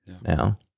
now